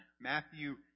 Matthew